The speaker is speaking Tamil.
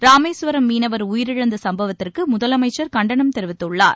ராமேஸ்வரம் மீனவர் உயிரிழந்த சம்பவத்திற்கு முதலமைச்சர் கண்டனம் தெரிவித்துள்ளார்